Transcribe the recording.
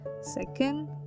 second